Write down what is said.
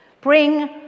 bring